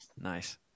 Nice